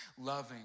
loving